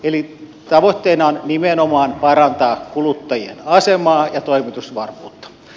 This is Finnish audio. eli tavoitteena on nimenomaan parantaa kuluttajien asemaa ja toimitusvarmuutta